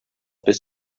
bis